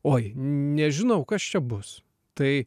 oi nežinau kas čia bus tai